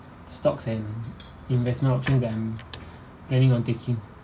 stocks and investment options that I'm planning on taking